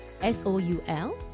S-O-U-L